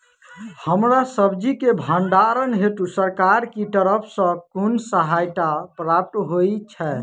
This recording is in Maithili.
हरा सब्जी केँ भण्डारण हेतु सरकार की तरफ सँ कुन सहायता प्राप्त होइ छै?